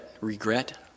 regret